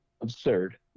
absurd